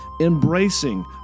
embracing